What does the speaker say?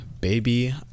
Baby